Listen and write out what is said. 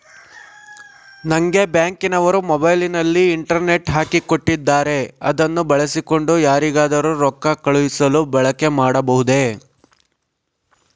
ನಂಗೆ ಬ್ಯಾಂಕಿನವರು ಮೊಬೈಲಿನಲ್ಲಿ ಇಂಟರ್ನೆಟ್ ಹಾಕಿ ಕೊಟ್ಟಿದ್ದಾರೆ ಅದನ್ನು ಬಳಸಿಕೊಂಡು ಯಾರಿಗಾದರೂ ರೊಕ್ಕ ಕಳುಹಿಸಲು ಬಳಕೆ ಮಾಡಬಹುದೇ?